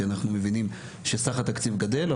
כי אנחנו מבינים שסך התקציב גדל.